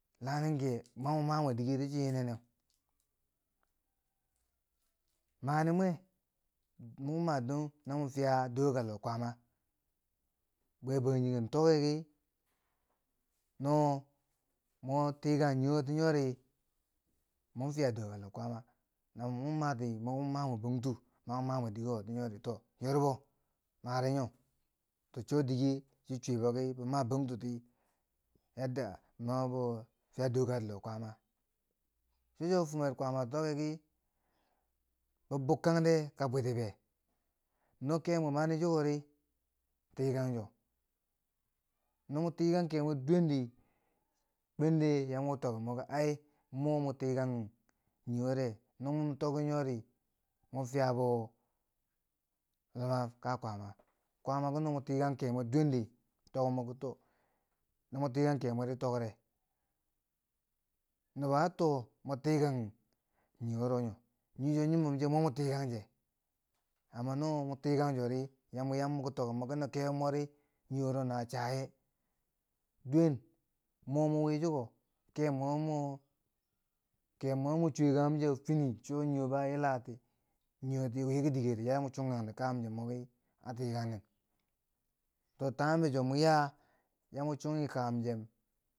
lanen ki ye, ma mwa ma mwe dike ti chi yinenne mare mwe moki ma don na fiya doka loh kwaama. Bwe Bangjinghe tokki kii no mo tikang niiwo ti nyori, mon fiya doka loh kwaama, namu mun mati namu ma mwe bongtu, na mun ma mwe dike woti nyori to, yorbo. Mare nyo, to dike chi chwibo ki ba ma bongtu ti, yadda mabo fiya doka loh kwaama. Cho cho bifumer kwaamer tokki kii, bi bukkangde ka bwiti be, no kemwe mani chiko ri, tikang cho. No mo tikang kemwe duwen di, kwende ya moki tokki mwi ai mo mwa tikng nii wure, no mo tokki nyori, mo fiya bo yuwa ka kwaama. Kwaama ki no mo tikang kemwe duwendi tok moki to, no mo tikang kemweri tokre. Nobo a too mon tikang nii wuro nin, nii cho nyimom che mo mun tikang che, amma no mo tikang chori ya mo yam moti tokki moki no kebo mori, nii wuro na a chaa ye? Duwen mo mun wi chiko, kemwe wo mo, kemwe wo mo chwyekanghum cheu, fini cho nii w a yilamti ki diker ya mo chung kangti kabuym cheu moki a tikang nen, to timebo chuwo mon yaa, ya mon chunghi kabum chem.